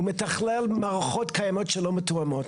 הוא מתכלל מערכות קיימות שלא מתואמות